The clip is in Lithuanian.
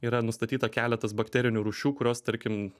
yra nustatyta keletas bakterinių rūšių kurios tarkim